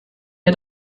wir